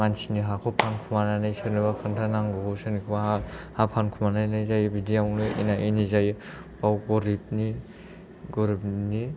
मानसिनि हाखौ फानखुमानानै सोरनोबा खोन्थानांगौखौ सोरनिखौबा हा फानखुमालायनाय जायो बिदियावनो एना एनि जायो बेयाव गरिबनि